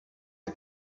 que